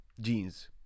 jeans